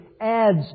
adds